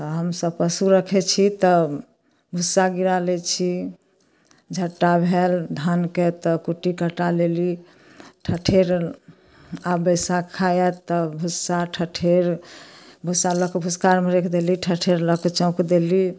आओर हमसभ पशु राखै छी तऽ भुस्सा गिरा लै छी झट्टा भेल धानके तऽ कुट्टी कटा लेली ठठेर आब बैसक्खा आएत तब भुस्सा ठठेर भुस्सा लऽ कऽ भुसखारमे राखि देली ठठेर लऽ कऽ चौँक देली